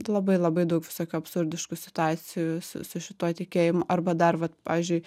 labai labai daug visokių absurdiškų situacijų su su šituo tikėjimu arba dar va pavyzdžiui